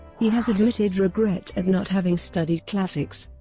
he has admitted regret at not having studied classics.